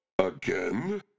again